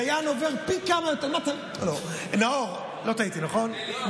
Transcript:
דיין עובר פי כמה, נאור, לא טעיתי, נכון?